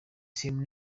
same